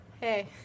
Hey